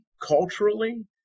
culturally